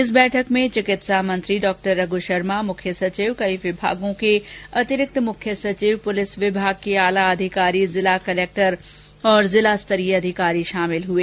इस बैठक में चिकित्सा मंत्री डॉक्टर रघ् शर्मा मुख्य सचिव कई विभागों के अतिरिक्त मुख्य सचिव पुलिस विभाग के आला अधिकारी जिला कलेक्टर और जिला स्तरीय अधिकारी शामिल हुए